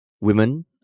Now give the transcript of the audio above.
women